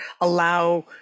allow